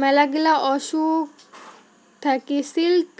মেলাগিলা অসুখ থাকি সিল্ক